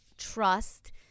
trust